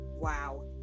Wow